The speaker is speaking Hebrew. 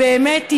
באמת,